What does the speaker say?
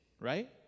right